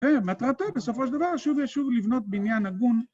‫מטרתו בסופו של דבר ‫שוב ושוב לבנות בניין הגון.